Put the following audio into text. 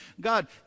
God